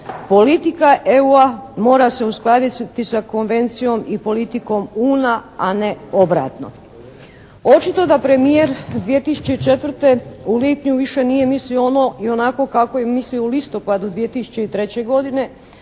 politika EU-a mora se uskladiti sa konvencijom i politikom UN-a a ne obratno. Očito da premijer 2004. u lipnju više nije mislio ono i onako kako je mislio u listopadu 2003. godine